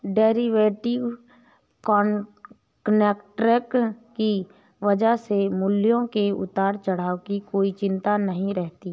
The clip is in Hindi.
डेरीवेटिव कॉन्ट्रैक्ट की वजह से मूल्यों के उतार चढ़ाव की कोई चिंता नहीं रहती है